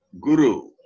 Guru